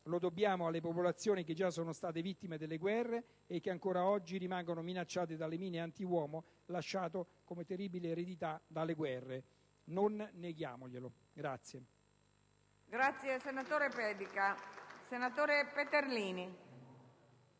lo dobbiamo alle popolazioni che già sono state vittime delle guerre e che ancora oggi sono minacciate dalle mine antiuomo lasciate come terribile eredità dalle guerre. Non neghiamoglielo!